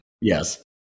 Yes